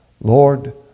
Lord